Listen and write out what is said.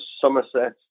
Somerset